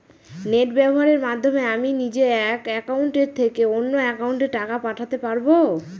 Net ব্যবহারের মাধ্যমে আমি নিজে এক অ্যাকাউন্টের থেকে অন্য অ্যাকাউন্টে টাকা পাঠাতে পারব?